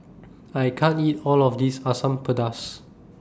I can't eat All of This Asam Pedas